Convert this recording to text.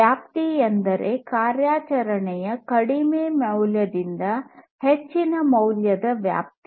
ವ್ಯಾಪ್ತಿ ಎಂದರೆ ಕಾರ್ಯಾಚರಣೆಯ ಕಡಿಮೆ ಮೌಲ್ಯದಿಂದ ಹೆಚ್ಚಿನ ಮೌಲ್ಯದ ವ್ಯಾಪ್ತಿ